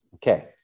Okay